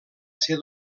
ser